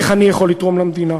איך אני יכול לתרום למדינה.